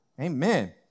Amen